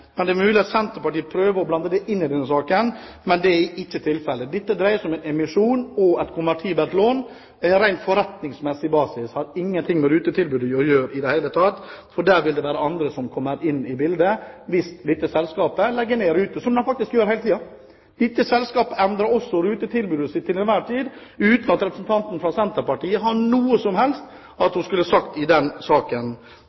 Det er mulig at Senterpartiet prøver å blande det inn i denne saken, men det er ikke tilfellet – dette dreier seg om en emisjon og et konvertibelt lån – ren forretningsmessig basis. Det har ingenting med rutetilbudet å gjøre i det hele tatt. Det vil være andre som kommer inn i bildet hvis dette selskapet legger ned ruter, som de faktisk gjør hele tiden. Dette selskapet endrer også rutetilbudet sitt til enhver tid, uten at representanten fra Senterpartiet har noe som helst